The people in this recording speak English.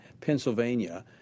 Pennsylvania